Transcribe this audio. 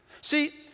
See